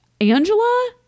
Angela